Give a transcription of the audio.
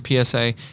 PSA